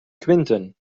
quinten